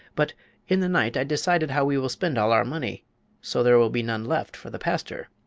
but in the night i decided how we will spend all our money so there will be none left for the pastor.